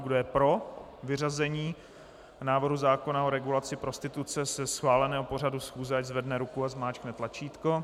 Kdo je pro vyřazení návrhu zákona o regulaci prostituce ze schváleného pořadu schůze, ať zvedne ruku a zmáčkne tlačítko.